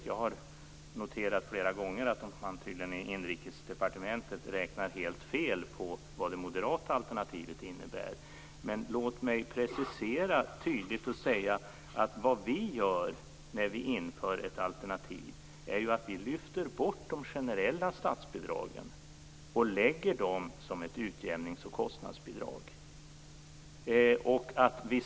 Jag har noterat flera gånger att man inom Inrikesdepartementet tydligen räknat helt fel på vad det moderata alternativet innebär. Låt mig precisera och säga att vad vi gör i vårt alternativ är att vi lyfter bort de generella statsbidragen och lägger dem som ett utjämnings och kostnadsbidrag.